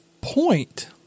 point